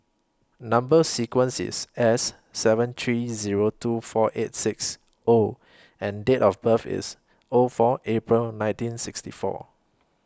Number sequence IS S seven three Zero two four eight six O and Date of birth IS O four April nineteen sixty four